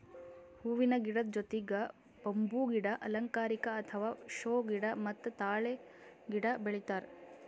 ಹೂವಿನ ಗಿಡದ್ ಜೊತಿಗ್ ಬಂಬೂ ಗಿಡ, ಅಲಂಕಾರಿಕ್ ಅಥವಾ ಷೋ ಗಿಡ ಮತ್ತ್ ತಾಳೆ ಗಿಡ ಬೆಳಿತಾರ್